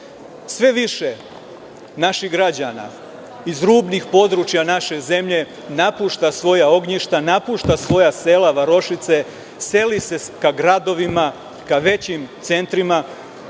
Sve više naših građana iz rubnih područja naše zemlje napušta svoja ognjišta, napušta svoja sela, varošice, seli se ka gradovima, ka većim centrima.